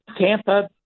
Tampa